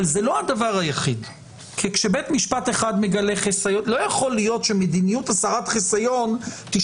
אבל זה לא הדבר היחיד כי כשבית משפט אחד מגלה חיסיון - לא יכול להיות